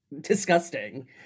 Disgusting